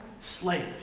slaves